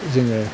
जोङो